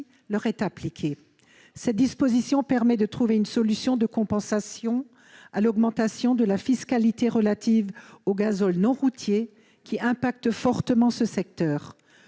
leur est appliqué. Cette disposition permet de trouver une solution de compensation à l'augmentation de la fiscalité relative au gazole non routier, qui affecte fortement ce secteur.